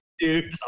Dude